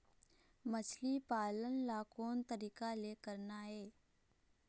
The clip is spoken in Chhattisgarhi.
मछली पालन ला कोन तरीका ले करना ये?